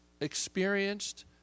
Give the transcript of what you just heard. experienced